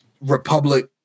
Republic